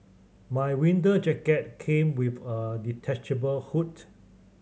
my winter jacket came with a detachable hood